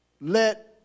let